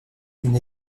une